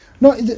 no